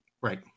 Right